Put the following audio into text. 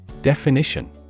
Definition